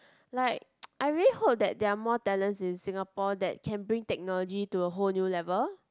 like I really hope that there are more talents in Singapore that can bring technology to a whole new level